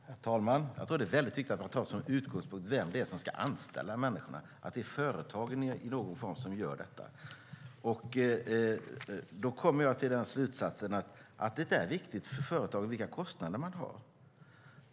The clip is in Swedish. Herr talman! Jag tror att det är viktigt att ta som utgångspunkt den som ska anställa människorna, att det är företagen i någon form som gör detta. Då kommer jag till den slutsatsen att det är viktigt för företagen vilka kostnader de har.